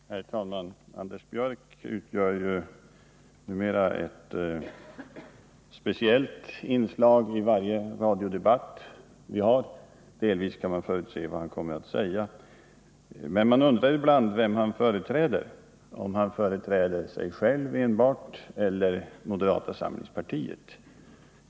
Herr talman! Anders Björck ingår numera som ett speciellt inslag i varje debatt om Sveriges Radio, och man kan delvis förutspå vad han kommer att säga. Men man undrar ibland vem han företräder, om han företräder enbart sig själv eller moderata samlingspartiet.